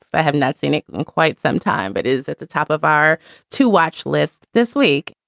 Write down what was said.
i have not seen it in quite some time, but is at the top of our to watch list this week.